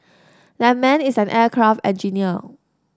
that man is an aircraft engineer